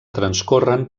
transcorren